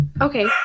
Okay